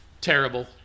terrible